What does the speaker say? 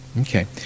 Okay